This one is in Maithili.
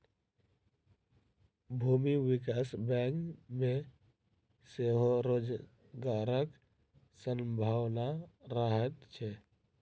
भूमि विकास बैंक मे सेहो रोजगारक संभावना रहैत छै